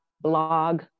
blog